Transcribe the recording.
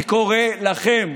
אני קורא לכם,